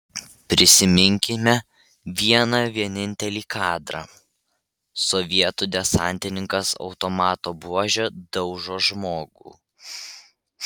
prisiminkime vieną vienintelį kadrą sovietų desantininkas automato buože daužo žmogų